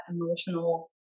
emotional